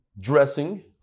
dressing